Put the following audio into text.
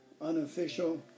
unofficial